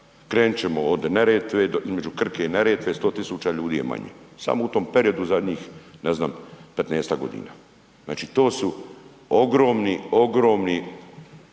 krenit ćemo od Neretve, između Krke i Neretve 100 000 ljudi je manje, samo u tom periodu zadnjih, ne znam, 15.-tak godina, znači to su ogromni, ogromni